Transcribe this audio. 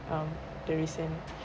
um the recent